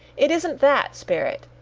it isn't that, spirit.